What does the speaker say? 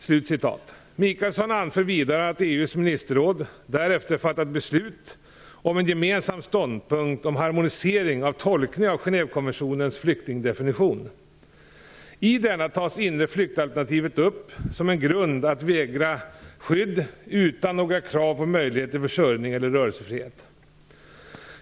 Maggi Mikaelsson anför vidare att EU:s ministerråd därefter fattat beslut om en gemensam ståndpunkt om harmonisering av tolkning av Genèvekonventionens flyktingdefinition. I denna tas det inre flyktalternativet upp som en grund att vägra skydd utan några krav på möjlighet till försörjning och rörelsefrihet.